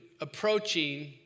approaching